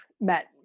met